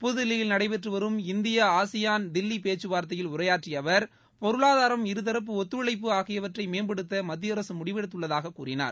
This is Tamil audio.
புதுதில்லியில் நடைபெற்று வரும் இந்திய ஆசியான் தில்லி பேச்சுவா்த்தையில் உரையாற்றிய அவர் பொருளாதாரம் இருதரப்பு ஒத்துழைப்பு ஆகியவற்றை மேம்படுத்த மத்திய அரசு முடிவெடுத்துள்ளதாக கூறினார்